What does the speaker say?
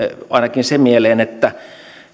ainakin se mieleen että